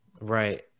Right